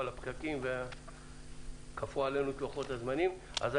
אבל הפקקים כפו עלינו את לוחות הזמנים אני